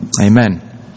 Amen